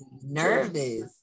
nervous